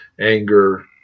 anger